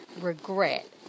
regret